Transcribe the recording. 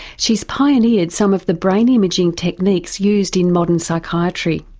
she's pioneered some of the brain imaging techniques used in modern psychiatry.